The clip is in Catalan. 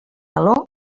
meló